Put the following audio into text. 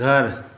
घर